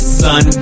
son